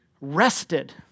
rested